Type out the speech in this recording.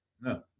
No